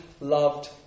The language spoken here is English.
loved